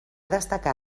destacar